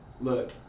look